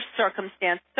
circumstance